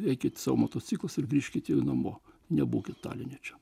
eikit sau motociklus ir grįžkite namo nebūkit taline čia